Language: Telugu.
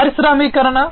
పారిశ్రామికీకరణ